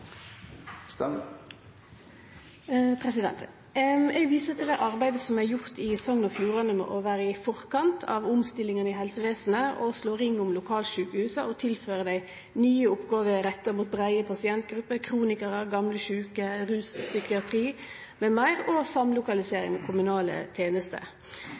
viser til det arbeidet som er gjort i Sogn og Fjordane med å vere i forkant av omstillingane i helsevesenet, med å slå ring om lokalsjukehusa – tilføre dei nye oppgåver retta mot breie pasientgrupper, kronikarar, gamle sjuke, rus, psykiatri med meir – og med samlokalisering av kommunale